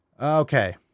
Okay